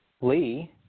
Lee